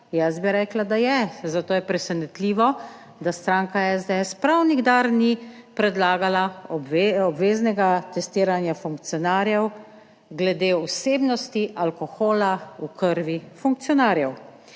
Jaz bi rekla, da je. Zato je presenetljivo, da stranka SDS prav nikdar ni predlagala obveznega testiranja funkcionarjev glede vsebnosti alkohola v krvi funkcionarjev.